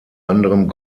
anderem